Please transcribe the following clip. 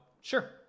sure